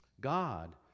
God